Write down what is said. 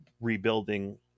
rebuilding